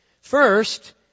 First